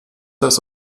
das